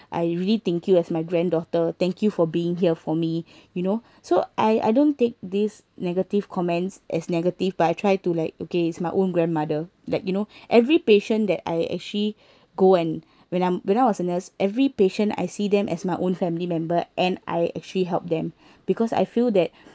I really think you as my granddaughter thank you for being here for me you know so I I don't take this negative comments as negative but I try to like okay it's my own grandmother like you know every patient that I actually go and when I'm when I was a nurse every patient I see them as my own family member and I actually help them because I feel that